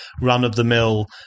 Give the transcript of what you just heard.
run-of-the-mill